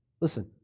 Listen